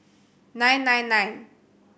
nine nine nine